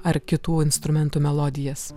ar kitų instrumentų melodijas